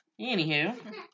Anywho